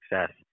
success